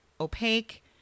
opaque